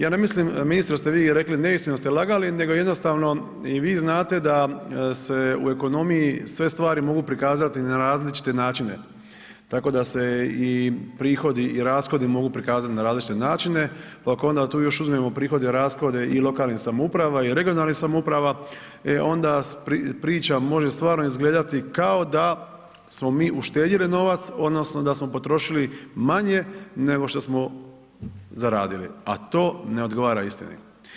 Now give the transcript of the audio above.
Ja ne mislim ministre da ste vi rekli neistinu, da ste lagali nego jednostavno i vi znate da se u ekonomiji sve stvari mogu prikazati na različite načine, tako da se i prihodi i rashodi mogu prikazat na različite načine, pa ako onda tu još uzmemo prihode i rashode i lokalnim samoupravama i regionalnim samoupravama, e onda priča može stvarno izgledati kao da smo mi uštedjeli novac odnosno da smo potrošili manje nego što smo zaradili, a to ne odgovara istini.